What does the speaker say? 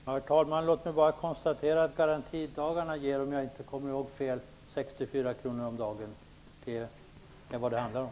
Herr talman! Låt mig bara konstatera att garantidagarna ger 64 kr om dagen, om jag inte kommer ihåg fel. Det är vad det handlar om.